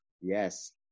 Yes